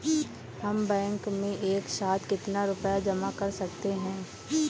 हम बैंक में एक साथ कितना रुपया जमा कर सकते हैं?